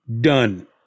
Done